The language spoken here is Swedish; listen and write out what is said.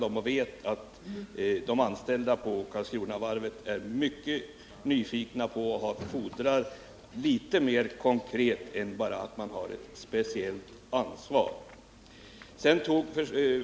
Jag vet att de anställda på Karlskronavarvet också är mycket nyfikna på svaret och fordrar ett litet mer konkret besked än bara att regeringen har ett speciellt ansvar.